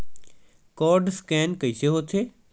Code scan कइसे होथे?